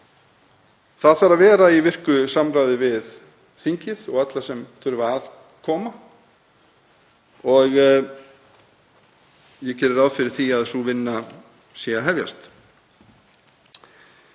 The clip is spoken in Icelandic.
Það þarf að vera í virku samráði við þingið og alla sem að þurfa að koma og ég geri ráð fyrir því að sú vinna sé að hefjast.